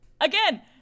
again